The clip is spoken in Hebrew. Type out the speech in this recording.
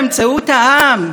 באמת במאמר מוסגר,